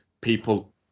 people